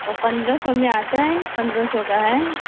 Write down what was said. वह पन्द्रह सौ में आता है पन्द्रह सौ का है